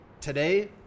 Today